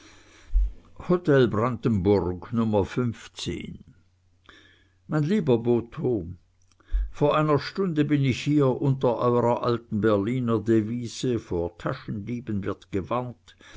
hotel brandenburg nummer mein lieber botho vor einer stunde bin ich hier unter eurer alten berliner devise vor taschendieben wird gewarnt